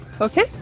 Okay